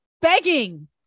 begging